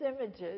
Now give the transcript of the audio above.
images